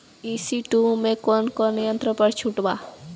ई.सी टू मै कौने कौने यंत्र पर छुट बा?